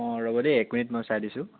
অঁ ৰ'ব দেই এক মিনিট মই চাই দিছোঁ